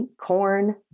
corn